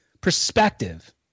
perspective